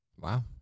Wow